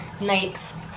nights